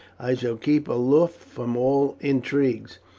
i shall keep aloof from all intrigues,